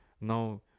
now